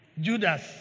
Judas